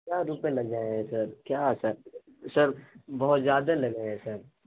ہزار روپے لگ جائیں گے سر کیا سر سر بہت زیادہ لگیں گے سر